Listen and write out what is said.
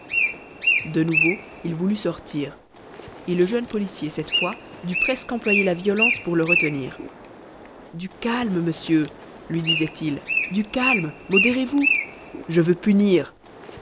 de nouveau il voulut sortir et le jeune policier cette fois dut presque employer la violence pour le retenir du calme monsieur lui disait-il du calme modérez-vous je veux punir